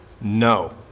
No